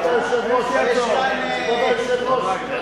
יש כאן, כבוד היושב-ראש,